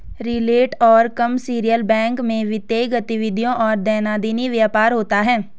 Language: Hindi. रिटेल और कमर्शियल बैंक में वित्तीय गतिविधियों और दैनंदिन व्यापार होता है